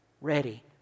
ready